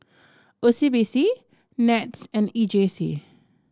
O C B C NETS and E J C